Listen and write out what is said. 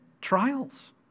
trials